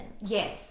Yes